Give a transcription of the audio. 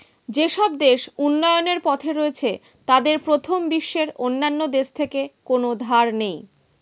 যেসব দেশ উন্নয়নের পথে রয়েছে তাদের প্রথম বিশ্বের অন্যান্য দেশ থেকে কোনো ধার নেই